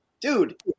dude